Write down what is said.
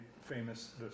famous